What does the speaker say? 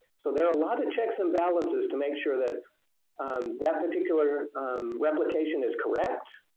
so there are a lot of checks and balances to make sure that that particular replication is correct.